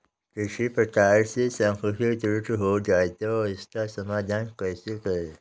किसी प्रकार से सांख्यिकी त्रुटि हो जाए तो उसका समाधान कैसे करें?